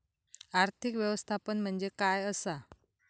आर्थिक व्यवस्थापन म्हणजे काय असा?